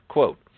Quote